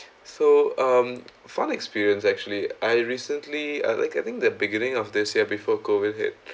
so um funny experience actually I recently uh like I think the beginning of this year before COVID hit